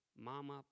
Mama